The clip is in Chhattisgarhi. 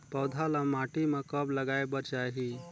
पौधा ल माटी म कब लगाए बर चाही?